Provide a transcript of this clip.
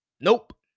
Nope